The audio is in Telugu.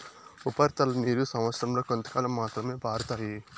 ఉపరితల నీరు సంవచ్చరం లో కొంతకాలం మాత్రమే పారుతాయి